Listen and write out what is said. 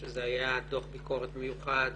שזה היה דוח ביקורת מיוחד